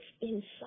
inside